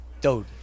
Dude